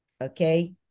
okay